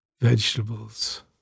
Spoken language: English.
vegetables